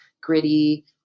gritty